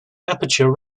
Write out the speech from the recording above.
aperture